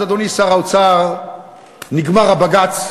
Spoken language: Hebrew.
אז, אדוני שר האוצר, נגמר הבג"ץ,